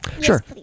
Sure